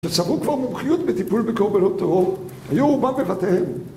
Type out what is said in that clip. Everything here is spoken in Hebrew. שצברו כבר מומחיות בטיפול בקורבנות טרור, היו רובם בבתיהם.